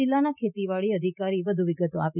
જિલ્લાના ખેતીવાડી અધિકારીએ વધુ વિગતો આપી